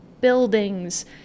buildings